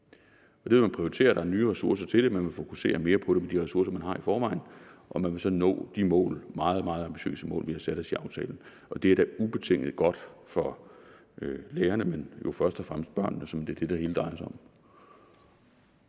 i. Det vil man prioritere, der er nye ressourcer til det, og man vil fokusere mere på det med de ressourcer, man har i forvejen. Og man vil så nå de meget, meget ambitiøse mål, vi har sat os med aftalen. Det er da ubetinget godt for lærerne, men jo først og fremmest for børnene, som er dem, det hele drejer sig om.